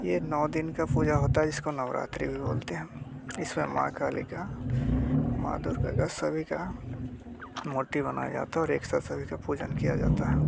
ये नौ दिन का पूजा होता है जिसको नवरात्रि भी बोलते हैं इसमें माँ काली का माँ दुर्गा का सभी का मूर्ति बनाया जाता है और एक साथ सभी का पूजन किया जाता है